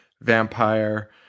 Vampire